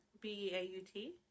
b-a-u-t